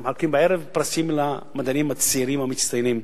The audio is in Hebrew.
אנחנו מחלקים בערב פרסים למדענים הצעירים המצטיינים.